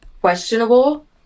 questionable